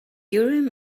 urim